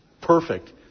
Perfect